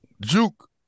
Juke